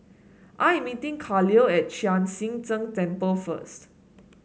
I am meeting Kahlil at Chek Sian Tng Temple first